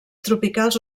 tropicals